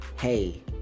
Hey